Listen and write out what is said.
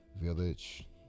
village